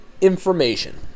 information